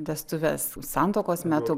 vestuves santuokos metu